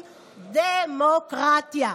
"ד-מו-קרט-יה".